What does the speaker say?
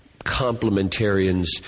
complementarians